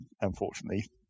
unfortunately